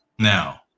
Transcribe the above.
Now